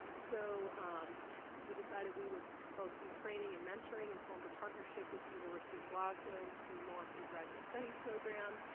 so we decided we would both do training and mentoring and formed a partnership with the university of glasgow to launch a graduate studies program.